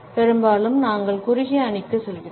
பெரும்பாலும் நாங்கள் குறுகிய அணிக்கு செல்கிறோம்